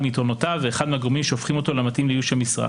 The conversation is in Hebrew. מיתרונותיו ואחד מהגורמים שהופכים אותו לאיוש המשרה".